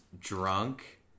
drunk